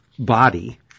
Body